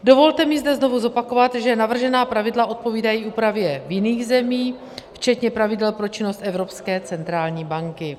Dovolte mi zde znovu zopakovat, že navržená pravidla odpovídají úpravě v jiných zemích, včetně pravidel pro činnost Evropské centrální banky.